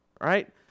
Right